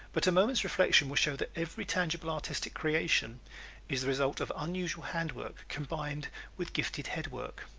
but a moment's reflection will show that every tangible artistic creation is the result of unusual hand work combined with gifted head work.